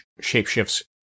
shape-shifts